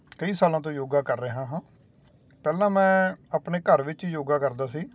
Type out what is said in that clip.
ਕਈ ਸਾਲਾਂ ਤੋਂ ਯੋਗਾ ਕਰ ਰਿਹਾ ਹਾਂ ਪਹਿਲਾਂ ਮੈਂ ਆਪਣੇ ਘਰ ਵਿੱਚ ਯੋਗਾ ਕਰਦਾ ਸੀ